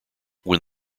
when